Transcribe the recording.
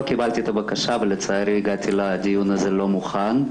קיבלתי את הבקשה ולצערי הגעתי לדיון הזה לא מוכן.